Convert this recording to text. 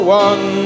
one